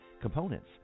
Components